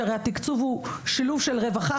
שהרי התקצוב הוא שילוב של רווחה,